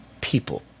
people